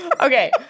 Okay